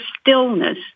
stillness